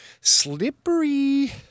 slippery